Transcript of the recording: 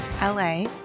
LA